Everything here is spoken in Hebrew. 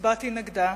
הצבעתי נגדה,